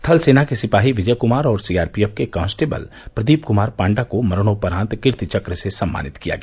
थल सेना के सिपाही विजय कुमार और सीआरपीएफ के कांस्टेबल प्रदीप कुमार पांडा को मरणोपरान्त कीर्ति चक्र से सम्मानित किया गया